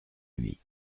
lui